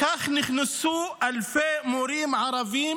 "כך נכנסו אלפי מורים ערביים